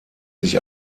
sich